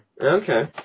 Okay